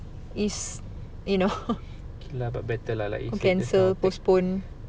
is you know cancel postpone